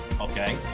Okay